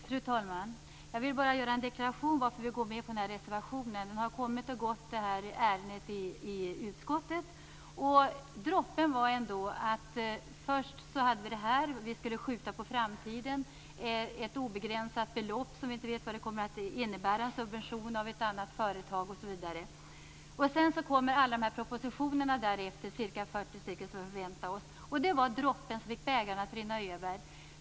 Fru talman! Jag vill bara göra en deklaration om varför vi i Miljöpartiet ställer oss bakom den här reservationen. Det här ärendet har kommit och gått i utskottet. Först hade vi detta ärende, och sedan skulle det skjutas på framtiden. Det är ett obegränsat belopp som vi inte vet vad det blir. Det innebär en subvention av ett annat företag, osv. Sedan kommer alla propositionerna därefter, ca 40, som vi förväntade oss. Det var droppen som fick bägaren att rinna över.